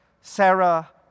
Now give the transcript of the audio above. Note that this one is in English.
Sarah